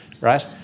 Right